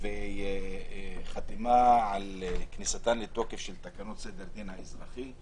וזה החתימה על כניסתן לתוקף של תקנות סדר הדין האזרחי.